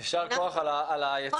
יישר כוח על היצירתיות.